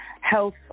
health